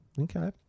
Okay